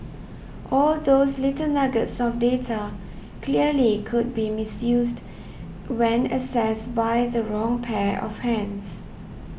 all those little nuggets of data clearly could be misused when accessed by the wrong pair of hands